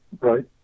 right